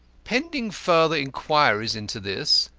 pending further inquiries into this,